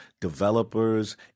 developers